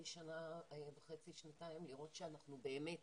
שנה וחצי-שנתיים כדי לראות שאנחנו באמת